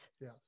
Yes